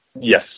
Yes